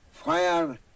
Fire